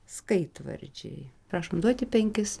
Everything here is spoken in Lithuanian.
skaitvardžiai prašom duoti penkis